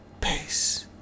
Peace